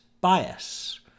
bias